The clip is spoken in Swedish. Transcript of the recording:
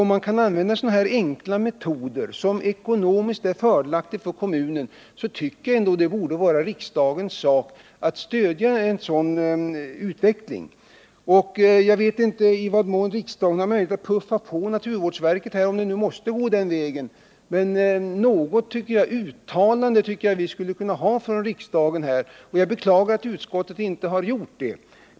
Om man kan använda så enkla metoder som i det här fallet, metoder som är ekonomiskt fördelaktiga för kommunerna, så tycker jag att det ändå borde vara riksdagens sak att stödja en sådan här utveckling. Men om det nu är naturvårdsverket som har att ta initiativ i den här frågan, så kanske riksdagen ändå har möjlighet att puffa på naturvårdsverket. I varje fall borde riksdagen kunna göra något uttalande om detta, och jag beklagar att utskottet inte har föreslagit någonting i den riktningen.